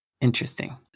Interesting